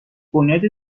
بنیاد